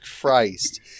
Christ